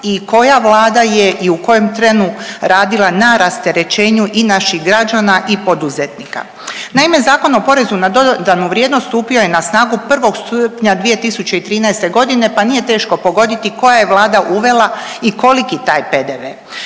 i koja vlada je i u kojem trenu radila na rasterećenju i naših građana i poduzetnika. Naime, Zakon o porezu na dodanu vrijednost stupio je na snagu 1. srpnja 2013. godine pa nije teško pogoditi koja je vlada uvela i koliki taj PDV,